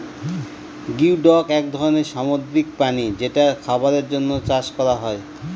geoduck এক ধরনের সামুদ্রিক প্রাণী যেটা খাবারের জন্য চাষ করা হয়